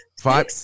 Five